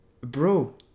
Bro